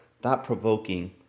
thought-provoking